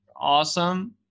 awesome